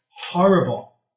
horrible